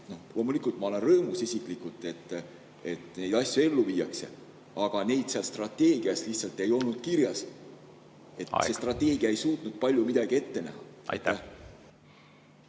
Loomulikult ma olen isiklikult rõõmus, et neid asju ellu viiakse, aga neid strateegias lihtsalt ei olnud kirjas. See strateegia ei suutnud palju midagi ette näha. Austatud